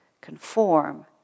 conform